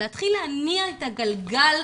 להתחיל להניע את הגלגל,